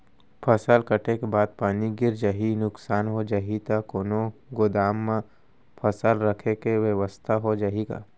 फसल कटे के बाद पानी गिर जाही, नुकसान हो जाही त कोनो गोदाम म फसल रखे के बेवस्था हो जाही का?